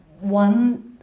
one